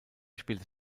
spielte